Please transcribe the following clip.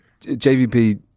JVP